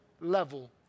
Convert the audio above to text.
level